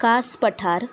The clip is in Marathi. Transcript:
कास पठार